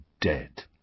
dead